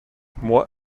moi